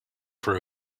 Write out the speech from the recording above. for